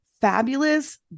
Fabulous